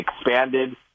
expanded